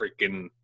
freaking